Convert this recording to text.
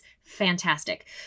fantastic